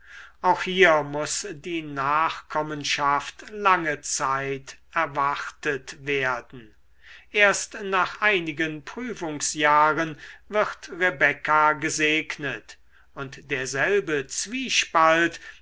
auch hier muß die nachkommenschaft lange zeit erwartet werden erst nach einigen prüfungsjahren wird rebekka gesegnet und derselbe zwiespalt